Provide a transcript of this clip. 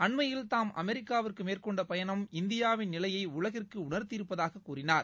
அண்மையில் தாம் அமெரிக்காவிற்கு மேற்கொண்ட பயணம் இந்தியாவின் நிலையை உலகிற்கு உணர்த்தியிருப்பதாகக் கூறினார்